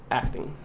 acting